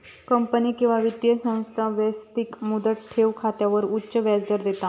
company किंवा वित्तीय संस्था व्यक्तिक मुदत ठेव खात्यावर उच्च व्याजदर देता